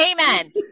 amen